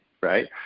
right